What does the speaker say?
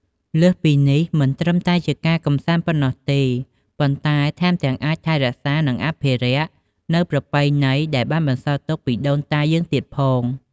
លើសពីនេះ មិនត្រឹមតែជាការកម្សាន្តប៉ុណ្ណោះទេ ប៉ុន្តែថែមទាំងអាចថែរក្សា និងអភិរក្សនៅប្រពៃណីដែលបានបន្សល់ទុកពីដូនតាយើងទៀតផង។